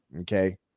Okay